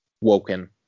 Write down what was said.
Woken